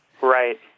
Right